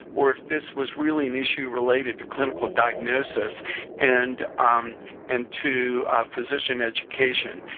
or if this was really an issue related to clinical diagnosis and and to physician education.